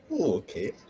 okay